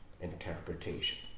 interpretation